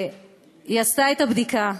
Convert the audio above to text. היא עשתה את הבדיקה,